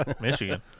Michigan